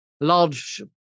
large